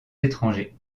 étrangers